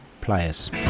players